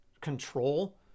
control